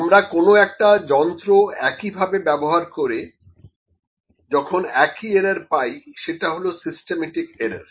আমরা কোন একটা যন্ত্র একইভাবে ব্যবহার করে যখন একই এরার পাই সেটা হল সিস্টেমেটিক এরার